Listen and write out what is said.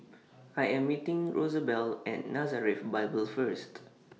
I Am meeting Rosabelle At Nazareth Bible First